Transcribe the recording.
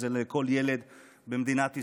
זה לכל ילד במדינת ישראל,